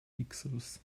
pixels